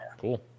cool